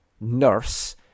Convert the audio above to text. Nurse